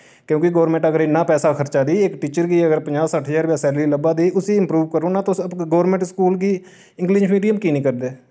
क्यूंकि गोरमैंट अगर इन्ना पैसा खर्चै दी इक टीचर गी अगर प'ञां सट्ठ ज्हार रपेआ सैलरी लब्भै दी उस्सी इम्प्रूव करो ना तुस गोरमैंट स्कूल गी इंग्लिश मिडियम की निं करदे